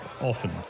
often